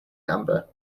number